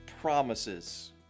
promises